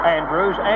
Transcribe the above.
Andrews